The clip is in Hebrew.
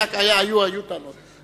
היו, היו טענות.